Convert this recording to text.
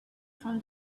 from